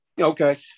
Okay